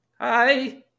Hi